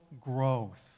growth